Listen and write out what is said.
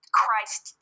christ